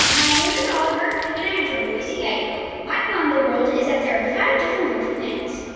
my name is oliver. and i am from boise, idaho. my wow in the world is that there are five different dwarf planets.